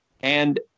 And-